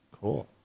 Cool